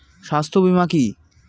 স্বাস্থ্য বীমা কি?